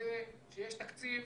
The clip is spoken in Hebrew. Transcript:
לוודא שיש תקציב